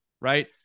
right